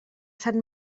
sant